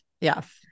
Yes